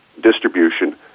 distribution